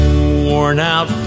worn-out